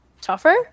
tougher